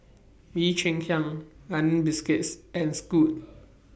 Bee Cheng Hiang London Biscuits and Scoot